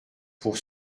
pour